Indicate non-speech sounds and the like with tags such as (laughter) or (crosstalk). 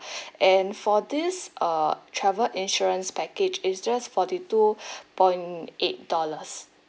(breath) and for this err travel insurance package is just forty two (breath) point eight dollars